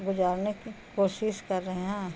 گزارنے کی کوشش کرے ہیں